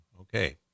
Okay